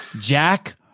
Jack